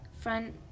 front